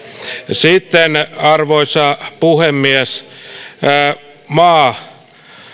sitten arvoisa puhemies maa